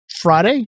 Friday